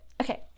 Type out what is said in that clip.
Okay